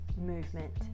movement